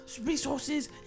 resources